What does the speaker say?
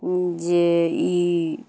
ई